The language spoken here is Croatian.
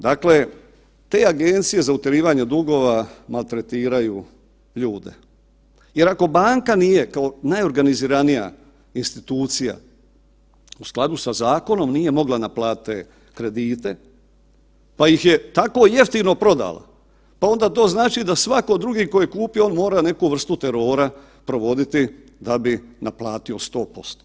Dakle, te agencije za utjerivanje dugova maltretiraju ljude jer ako banka nije kao najorganiziranija institucija u skladu sa zakonom nije mogla naplatiti te kredite pa ih je tako jeftino prodala, pa onda to znači da svako drugi tko je kupio on mora neku vrstu terora provoditi da bi naplatio 100%